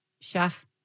chef